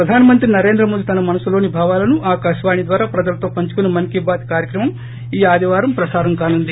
ప్రధాన మంత్రి నరేంద్ర మోదీ తన మనసులోని భావాలను ఆకాశవాణి ద్వారా ప్రజలతో పంచుకునే మస్కీ బాత్ కార్వక్రమం ఈ ఆదివారం ప్రసారం కానుంది